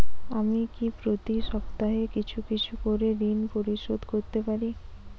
আমি কি প্রতি সপ্তাহে কিছু কিছু করে ঋন পরিশোধ করতে পারি?